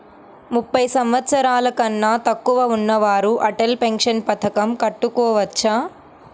ముప్పై సంవత్సరాలకన్నా తక్కువ ఉన్నవారు అటల్ పెన్షన్ పథకం కట్టుకోవచ్చా?